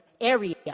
area